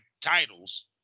titles